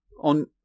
on